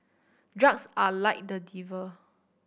drugs are like the devil